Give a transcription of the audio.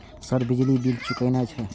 Sir बिजली bill चूकेना छे?